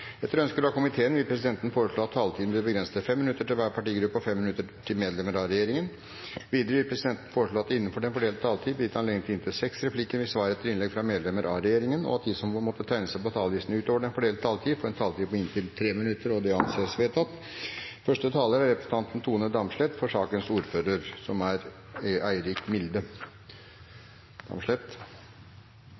minutter til medlemmer av regjeringen. Videre vil presidenten foreslå at det – innenfor den fordelte taletid – blir gitt anledning til replikkordskifte på inntil seks replikker med svar etter innlegg fra medlemmer av regjeringen, og at de som måtte tegne seg på talerlisten utover den fordelte taletid, får en taletid på inntil 3 minutter. – Det anses vedtatt. Representantforslaget tar opp et viktig tema, nemlig sikker håndtering og lagring av radioaktivt avfall i Norge. Det er